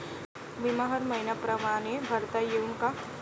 बिमा हर मइन्या परमाने भरता येऊन का?